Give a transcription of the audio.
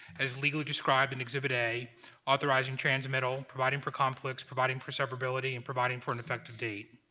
as legally described in exhibit a authorizing transmittal providing for conflicts providing for severability and providing for an effective date.